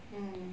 mm